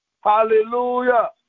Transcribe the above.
Hallelujah